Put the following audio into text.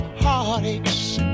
heartaches